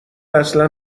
اصلا